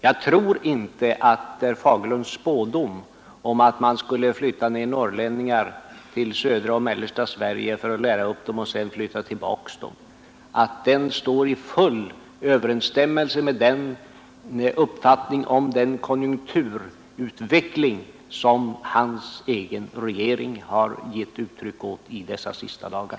Jag tror inte att herr Fagerlunds spådom, att man skulle flytta ned norrlänningarna till södra och mellersta Sverige för att lära upp dem och sedan flytta tillbaka dem, står i full överensstämmelse med den uppfattning om konjunkturutvecklingen som hans egen regering har gett uttryck för under dessa sista dagar.